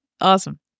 Awesome